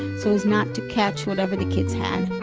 so as not to catch whatever the kids had